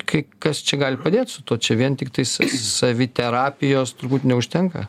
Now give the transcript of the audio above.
kai kas čia gali padėt su tuo čia vien tiktais saviterapijos turbūt neužtenka